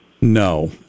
No